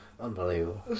unbelievable